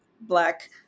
black